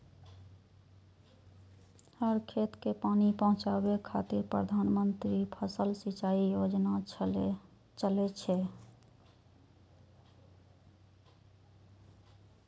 हर खेत कें पानि पहुंचाबै खातिर प्रधानमंत्री फसल सिंचाइ योजना चलै छै